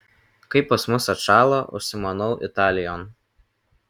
kai pas mus atšąla užsimanau italijon